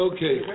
Okay